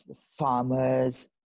farmers